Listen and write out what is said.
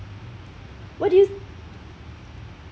what do you